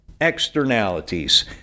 externalities